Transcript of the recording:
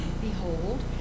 Behold